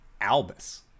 Albus